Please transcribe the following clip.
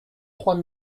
trois